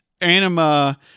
anima